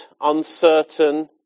uncertain